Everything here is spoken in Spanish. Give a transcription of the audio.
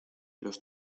los